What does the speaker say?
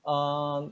um